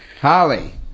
Holly